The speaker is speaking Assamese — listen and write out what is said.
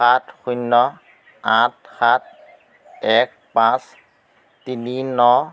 সাত শূন্য আঠ সাত এক পাঁচ তিনি ন